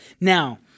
Now